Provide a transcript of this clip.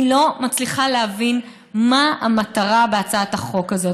אני לא מצליחה להבין מה המטרה בהצעת החוק הזאת.